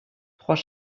trois